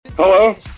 Hello